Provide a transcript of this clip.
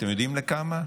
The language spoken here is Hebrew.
אתם יודעים לכמה?